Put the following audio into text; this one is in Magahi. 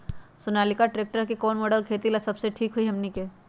सोनालिका ट्रेक्टर के कौन मॉडल खेती ला सबसे ठीक होई हमने की?